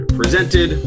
presented